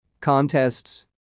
Contests